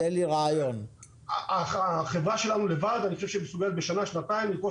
אני חושב שהחברה שלנו לבד מסוגלת בשנה-שנתיים לרכוש